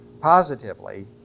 positively